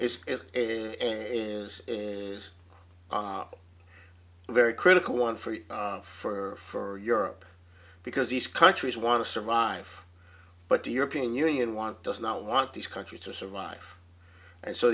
is is a is very critical one for you for europe because these countries want to survive but the european union want does not want these countries to survive and so